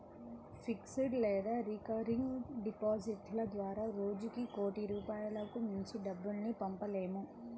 fixed లేదా recurring డిపాజిట్ల ద్వారా రోజుకి కోటి రూపాయలకు మించి డబ్బుల్ని పంపలేము